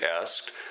asked